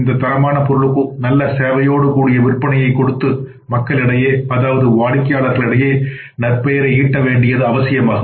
இந்த தரமான பொருளுக்கு ஒரு நல்ல சேவையோடு கூடிய விற்பனையை கொடுத்து மக்களிடையே வாடிக்கையாளர்களிடையே நற்பெயரை ஈட்ட வேண்டியது அவசியமாகும்